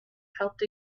helped